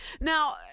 Now